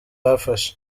bafashe